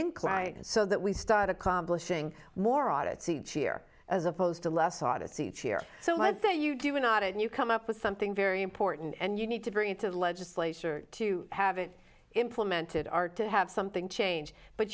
incline so that we start accomplishing more audits each year as opposed to less audits each year so what that you do not and you come up with something very important and you need to bring it to the legislature to have it implemented are to have something change but